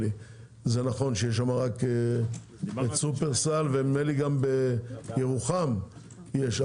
נכון שיש שם רק שופרסל ונדמה לי שגם בירוחם יש,